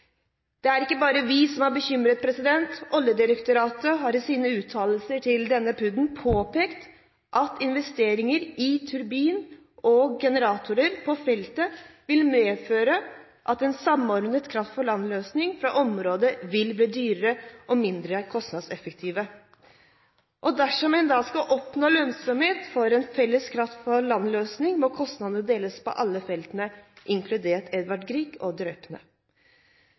Det er ikke bare vi som er bekymret. Oljedirektoratet har i sine uttalelser til denne PUD-en påpekt at investeringer i turbiner og generatorer på feltet vil medføre at en samordnet kraft-fra-land-løsning for området vil bli dyrere og mindre kostnadseffektiv. Dersom en skal oppnå lønnsomhet for en felles kraft-fra-land-løsning, må kostnadene deles på alle feltene, inkludert feltene Edvard Grieg og